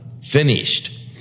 Finished